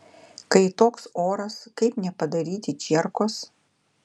kai toks oras kaip nepadaryti čierkos